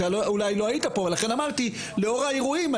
לאור האירועים,